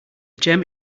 gem